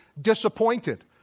disappointed